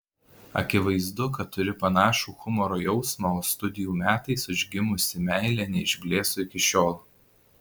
akivaizdu kad turi panašų humoro jausmą o studijų metais užgimusi meilė neišblėso iki šiol